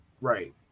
Right